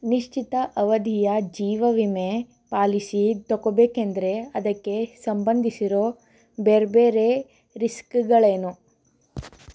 ನಿಶ್ಚಿತ ಅವಧಿಯ ಜೀವ ವಿಮೆ ಪಾಲಿಸಿ ತೊಗೊಳ್ಬೇಕೆಂದ್ರೆ ಅದಕ್ಕೆ ಸಂಬಂಧಿಸಿರೋ ಬೇರೆ ಬೇರೆ ರಿಸ್ಕ್ಗಳೇನು